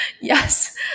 Yes